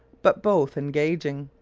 but both engaging,